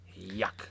yuck